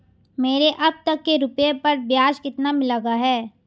मेरे अब तक के रुपयों पर ब्याज कितना लगा है?